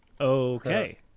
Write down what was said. Okay